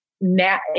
now